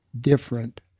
different